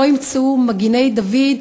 שלא ימצאו מגיני-דוד,